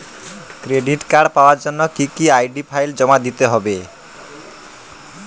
Credit card পাওয়ার জন্য কি আই.ডি ফাইল জমা দিতে হবে?